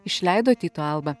išleido tyto alba